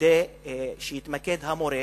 כדי שהמורה